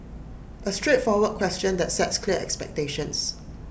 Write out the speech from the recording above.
A straightforward question that sets clear expectations